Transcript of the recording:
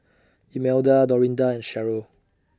Imelda Dorinda and Sheryl